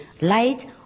light